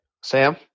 Sam